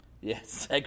yes